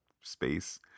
space